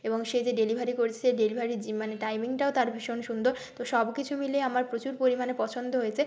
এবং সে যে ডেলিভারি করছে ডেলিভারি যে মানে টাইমিংটাও তার ভীষণ সুন্দর তো সব কিছু মিলিয়ে আমার প্রচুর পরিমাণে পছন্দ হয়েছে